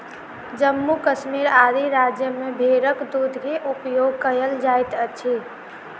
जम्मू कश्मीर आदि राज्य में भेड़क दूध के उपयोग कयल जाइत अछि